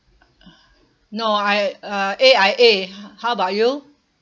no I uh A_I_A how about you